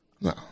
No